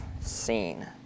seen